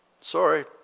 Sorry